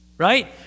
right